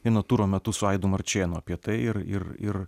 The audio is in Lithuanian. vieno turo metu su aidu marčėnu apie tai ir ir ir